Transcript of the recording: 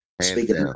Speaking